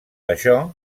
això